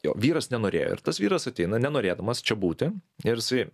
jo vyras nenorėjo ir tas vyras ateina nenorėdamas čia būti ir jisai